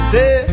Say